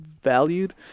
valued